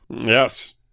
Yes